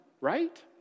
right